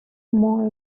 more